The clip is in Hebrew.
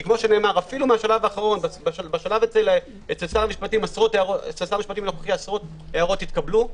כי אפילו בשלב אצל שר המשפטים הנוכחי עשרות הערות התקבלו.